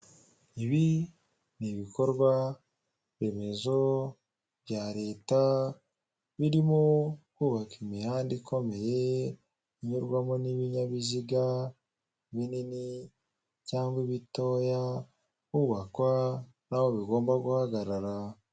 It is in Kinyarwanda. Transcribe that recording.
Ibi ni ibikorwa remezo bya leta birimo, kubaka imihanda ikomeye inyurwamo n'ibinyabiziga binini cyangwa bitoya hubakwa n'aho bigomba guhagarara.